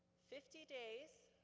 fifty days.